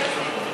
כן.